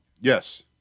Yes